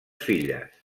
filles